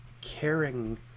caring